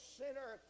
sinner